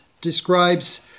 describes